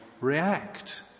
react